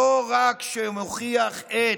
לא רק שמוכיח את,